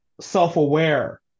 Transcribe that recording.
self-aware